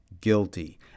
guilty